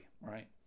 right